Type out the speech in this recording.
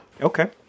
Okay